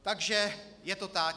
Takže je to tak.